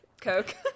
Coke